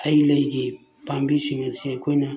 ꯍꯩ ꯂꯩꯒꯤ ꯄꯥꯝꯕꯤꯁꯤꯡ ꯑꯁꯤ ꯑꯩꯈꯣꯏꯅ